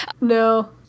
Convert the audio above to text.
No